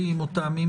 איזה סעיף זה?